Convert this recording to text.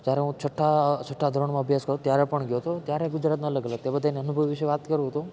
જ્યારે હું છઠ્ઠા છઠ્ઠા ધોરણમાં અભ્યાસ કરતો ત્યારે પણ ગયો હતો ત્યારે ગુજરાતના અલગ અલગ તે બધાય અનુભવ વિષે વાત કરું તો